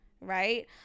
right